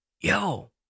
yo